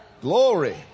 Glory